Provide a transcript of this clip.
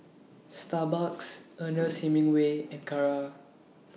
Starbucks Ernest Hemingway and Kara